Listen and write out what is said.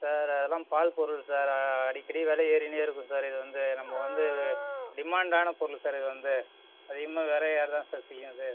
sir அதல்லாம் பால் பொருள் சார் அ அடிக்கடி வெலை ஏறின்னே இருக்கும் சார் இது வந்து நம்ம வந்து டிமாண்டான பொருள் சார் இது வந்து அதிகமாக வெலை ஏற தான் சார் செய்யும் இது